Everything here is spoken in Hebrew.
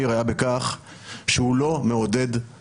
אז אם יש לכם עכשיו הסבר אני מאשר את זה לעוד יום,